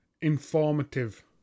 Informative